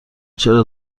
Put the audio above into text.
چرا